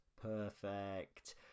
Perfect